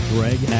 Greg